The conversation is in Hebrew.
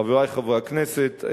חברי חברי הכנסת,